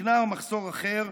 זקנה או מחסור אחר,